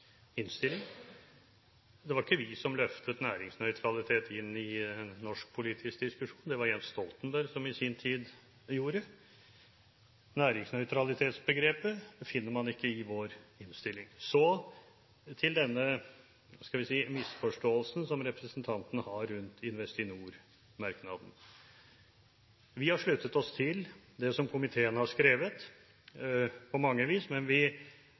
Det var ikke vi som løftet næringsnøytralitet inn i norsk politisk diskusjon. Det var det Jens Stoltenberg som gjorde i sin tid. Næringsnøytralitetsbegrepet finner man ikke i vår innstilling. Så til denne – skal vi si – misforståelsen som representanten har rundt Investinor-merknaden. Vi har sluttet oss til det som komiteen har skrevet på mange vis, men vi